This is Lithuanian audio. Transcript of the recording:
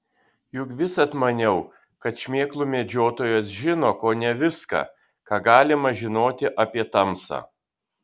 juk visad maniau kad šmėklų medžiotojas žino kone viską ką galima žinoti apie tamsą